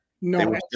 no